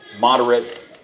moderate